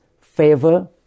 favor